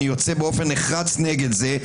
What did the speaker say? אני יוצא באופן נחרץ נגד זה.